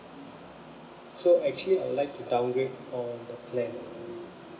so actually I would like to downgrade on the plan